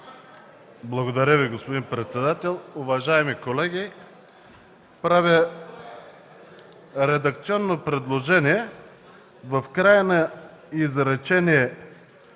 Благодаря Ви, господин председател. Уважаеми колеги, правя редакционно предложение в края на изречение